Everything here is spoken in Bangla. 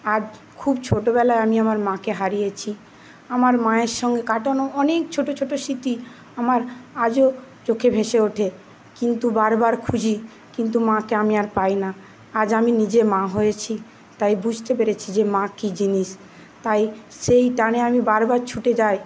আর খুব ছোটোবেলায় আমি আমার মাকে হারিয়েছি আমার মায়ের সঙ্গে কাটানো অনেক ছোটো ছোটো স্মৃতি আমার আজও চোখে ভেসে ওঠে কিন্তু বারবার খুঁজি কিন্তু মাকে আমি আর পাই না আজ আমি নিজে মা হয়েছি তাই বুঝতে পেরেছি যে মা কি জিনিস তাই সেই টানে আমি বারবার ছুটে যাই